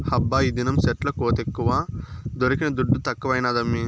హబ్బా ఈదినం సెట్ల కోతెక్కువ దొరికిన దుడ్డు తక్కువైనాదమ్మీ